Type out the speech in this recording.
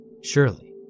Surely